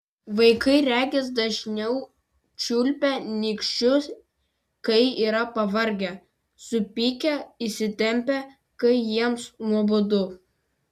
vaikai regis dažniau čiulpia nykščius kai yra pavargę supykę įsitempę kai jiems nuobodu